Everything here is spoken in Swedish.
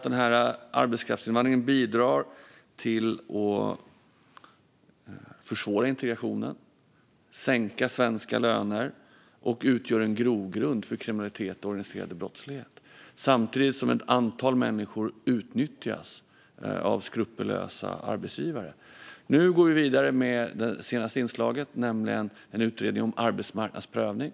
Denna arbetskraftsinvandring bidrar till att försvåra integrationen och sänka svenska löner, och den utgör en grogrund för kriminalitet och organiserad brottslighet samtidigt som ett antal människor utnyttjas av skrupelfria arbetsgivare. Nu går vi vidare med det senaste inslaget, nämligen en utredning om arbetsmarknadsprövning.